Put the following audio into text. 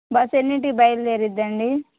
bus ఎన్నింటికి బయలుదేరుతుందండి